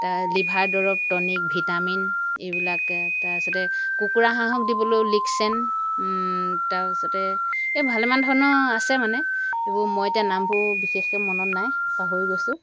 তাৰ লিভাৰ দৰব tonic vitamin এইবিলাকে তাপিছতে কুকুৰা হাঁহক দিবলৈ লিকচেন তাৰপিছতে ভালেমান ধৰণৰ আছে মানে এইবোৰ মই এতিয়া নামবোৰ বিশেষকৈ মনত নাই পাহৰি গৈছোঁ